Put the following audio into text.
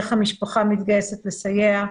איך המשפחה מתגייסת לסייע.